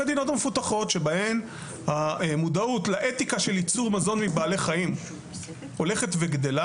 שבהן המודעות לאתיקה של ייצור מזון מבעלי חיים והלכת וגדלה.